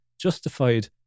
Justified